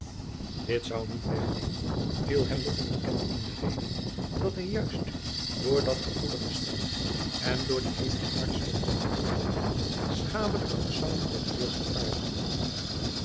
dit zou niet wegnemen viel hem de onbekende in de reden dat hij juist door dat gevoelig gestel en door die hevige hartstogten vervoerd schadelijke gezangen voor de jeugd vervaardigde